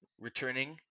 returning